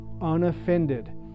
unoffended